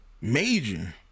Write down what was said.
major